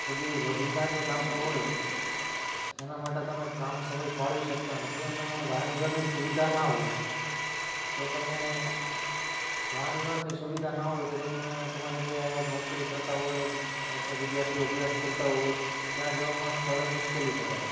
જેથી રોજિંદાં જે કામો હોય એનાં માટે તમે કામ સમય ફાળવી શકતા નથી અને વાહન વ્યવહારની સુવિધા ના હોય તો તમે વાહન વ્યવહારની સુવિધા ના હોય તો તમે તમારી જે નોકરી કરતાં હોય અથવા વિધાર્થીઓ અભ્યાસ કરતાં હોય ત્યાં જવામાં સ્થળે મુશ્કેલી પડે છે